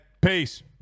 peace